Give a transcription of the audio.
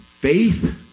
Faith